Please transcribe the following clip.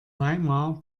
weimar